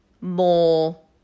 more